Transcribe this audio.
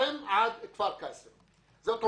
זאת אומרת,